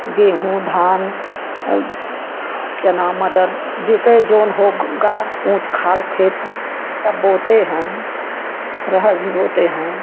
गेहूँ धान चना मटर जेके जौन होगा ऊँच खाल खेत सब बोते हैं अरहर भी बोते हैं